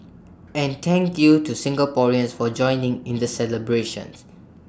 and thank you to Singaporeans for joining in the celebrations